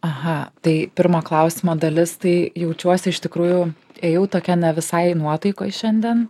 aha tai pirmo klausimo dalis tai jaučiuosi iš tikrųjų ėjau tokia ne visai nuotaikoj šiandien